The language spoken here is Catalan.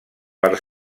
per